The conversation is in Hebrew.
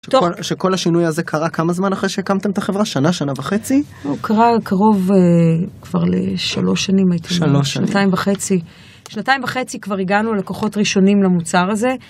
שכל השינוי הזה קרה כמה זמן אחרי שהקמתם את החברה? שנה, שנה וחצי? הוא קרה קרוב כבר לשלוש שנים הייתי אומר, שנתיים וחצי. שנתיים וחצי כבר הגענו לקוחות ראשונים למוצר הזה.